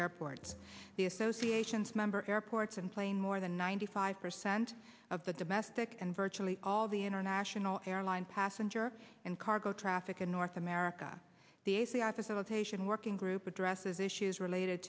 airports the associations member airports and plane more than ninety five percent of the domestic and virtually all the international airline passenger and cargo traffic in north america the a c i facilitation working group addresses issues related